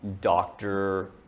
doctor